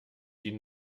die